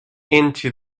into